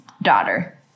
Daughter